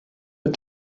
but